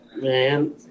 man